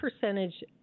percentage